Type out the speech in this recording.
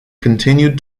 continued